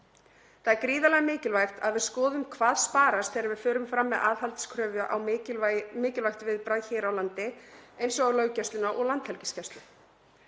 Það er gríðarlega mikilvægt að við skoðum hvað sparast þegar við förum fram með aðhaldskröfu á mikilvægt viðbragð hér á landi eins og hjá löggæslunni og Landhelgisgæslunni.